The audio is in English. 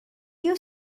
you